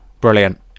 Brilliant